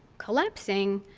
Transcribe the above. collapsing,